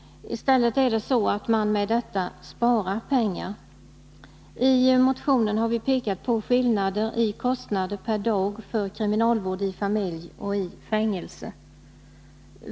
I stället är det så att man med detta sparar pengar. I motionen har vi pekat på skillnaden i kostnader per dag för kriminalvård i familj och i fängelse.